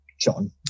John